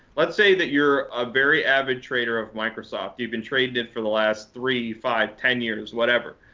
let's say that you're a very avid trader of microsoft. you've been trading it for the last three, five, ten years, whatever.